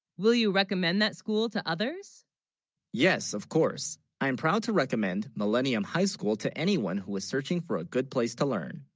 will you recommend that school to others yes of course i'm proud to recommend millennium high school to anyone who is searching for a. good place to learn,